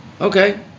Okay